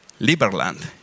Liberland